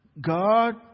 God